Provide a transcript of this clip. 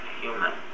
human